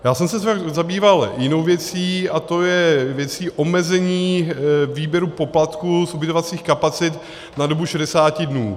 Já jsem se zabýval jinou věcí, a to věcí omezení výběru poplatků z ubytovacích kapacit na dobu 60 dnů.